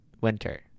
winter